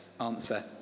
answer